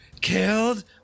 killed